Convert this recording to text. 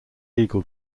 legal